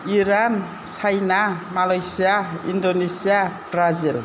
Iran China Malaysia Indonesia Brazil